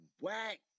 whack